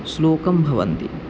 श्लोकं भवन्ति